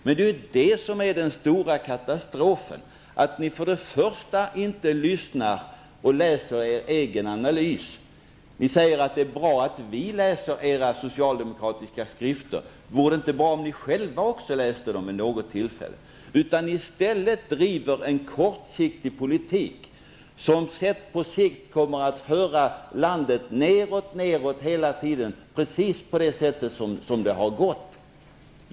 Men det som är den stora katastrofen är ju att ni inte lyssnar och inte läser er egen analys. Ni säger att det är bra att vi läser era socialdemokratiska skrifter, men vore det inte bra om ni själva också läste dem vid något tillfälle? I stället driver ni en kortsiktig politik, som hela tiden för landet nedåt, precis som det nu har gått.